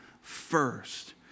first